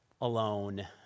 alone